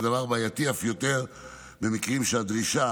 והדבר בעייתי אף יותר במקרים שהדרישה